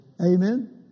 Amen